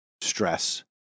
stress